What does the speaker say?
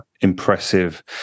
impressive